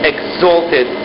Exalted